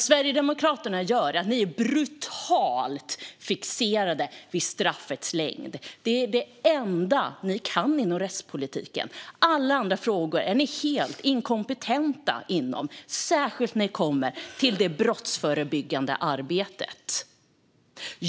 Sverigedemokraterna är brutalt fixerade vid straffets längd. Det är det enda ni kan inom rättspolitiken. Inom alla andra frågor är ni helt inkompetenta, särskilt när det kommer till det brottsförebyggande arbetet.